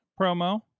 promo